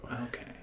Okay